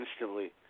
instantly